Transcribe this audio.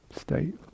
state